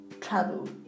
travel